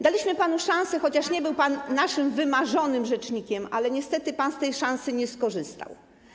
Daliśmy panu szansę, chociaż nie był pan naszym wymarzonym rzecznikiem, ale niestety pan z tej szansy nie skorzystał.